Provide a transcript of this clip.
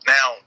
Now